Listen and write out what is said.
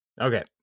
Okay